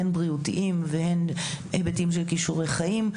הן בריאותיים והן היבטים של כישורי חיים.